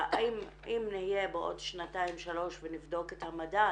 ואם נהיה בעוד שנתיים-שלוש ונבדוק את המדד